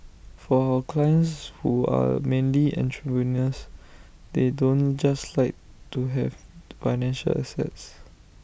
for our clients who are mainly entrepreneurs they don't just like to have financial assets